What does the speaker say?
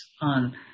on